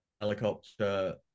helicopter